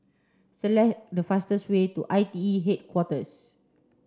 select the fastest way to I T E Headquarters